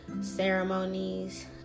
ceremonies